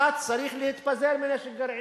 אתה צריך להתפרז מנשק גרעיני.